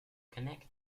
connect